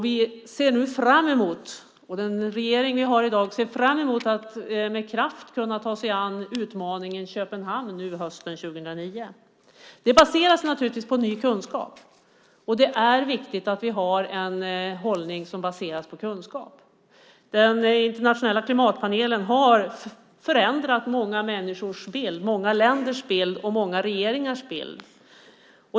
Vi och den regering vi har i dag ser fram emot att med kraft kunna ta oss an utmaningen i Köpenhamn hösten 2009. Den baseras naturligtvis på ny kunskap, och det är viktigt att vi har en hållning baserad på kunskap. Den internationella klimatpanelen har förändrat många människors, länders och regeringars bild.